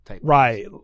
Right